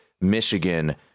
Michigan